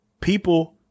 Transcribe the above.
people